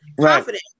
Confident